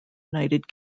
united